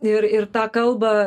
ir ir tą kalbą